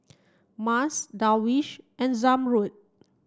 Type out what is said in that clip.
Mas Darwish and Zamrud